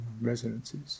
resonances